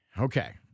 Okay